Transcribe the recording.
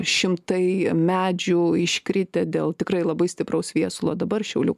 šimtai medžių iškritę dėl tikrai labai stipraus viesulo dabar šiaulių